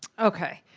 okay,